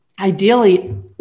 ideally